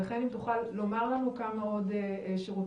ב' האם תוכל לומר לנו כמה עוד שירותים